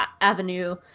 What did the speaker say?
avenue